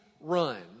run